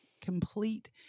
complete